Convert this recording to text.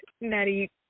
Natty